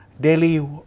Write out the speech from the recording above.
daily